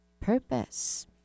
purpose